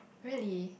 really